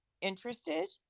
interested